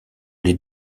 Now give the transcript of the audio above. les